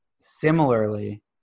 similarly